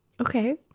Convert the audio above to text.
Okay